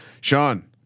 Sean